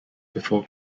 before